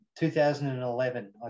2011